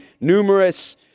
numerous